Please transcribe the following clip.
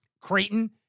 Creighton